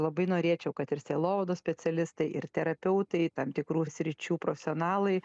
labai norėčiau kad ir sielovados specialistai ir terapeutai tam tikrų sričių profesionalai